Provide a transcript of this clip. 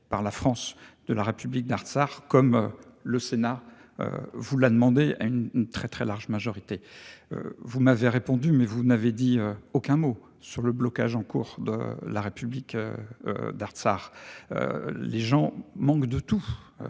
par la France de la république d'Artsakh comme le Sénat. Vous l'a demandé à une très très large majorité. Vous m'avez répondu, mais vous n'avez dit aucun mot sur le blocage en cours de la république. D'Artsakh. Les gens manquent de tout.